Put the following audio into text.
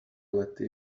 letty